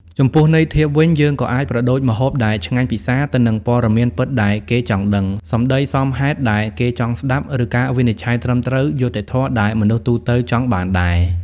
ចំពោះន័យធៀបវិញ យើងក៏អាចប្រដូចម្ហូបដែលឆ្ងាញ់ពិសា ទៅនឹងព័ត៌មានពិតដែលគេចង់ដឹង សម្ដីសមហេតុដែលគេចង់ស្ដាប់ ឬការវិនិច្ឆ័យត្រឹមត្រូវ យុត្តិធម៌ដែលមនុស្សទូទៅចង់បានដែរ។